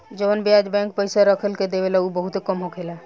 जवन ब्याज बैंक पइसा रखला के देवेला उ बहुते कम होखेला